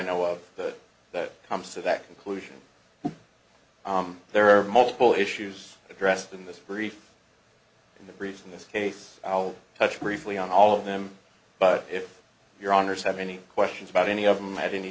know of the that comes to that conclusion there are multiple issues addressed in this brief in the brief in this case i'll touch briefly on all of them but if your honour's have any questions about any of them at any